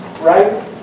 right